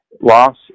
loss